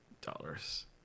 dollars